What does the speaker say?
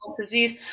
disease